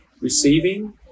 receiving